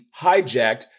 hijacked